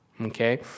Okay